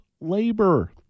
labor